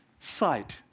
sight